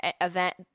event